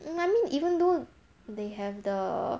mm I mean even though they have the